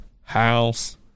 House